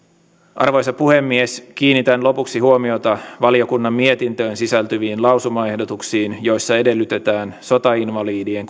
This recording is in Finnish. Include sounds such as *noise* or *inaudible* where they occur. arvoisa puhemies kiinnitän lopuksi huomiota valiokunnan mietintöön sisältyviin lausumaehdotuksiin joissa edellytetään sotainvalidien *unintelligible*